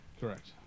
Correct